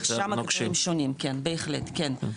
שם הקריטריונים שונים, כן, בהחלט, כן.